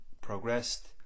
progressed